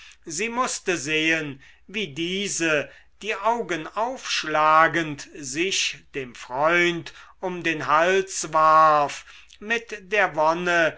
sie mußte sehen wie diese die augen aufschlagend sich dem freund um den hals warf mit der wonne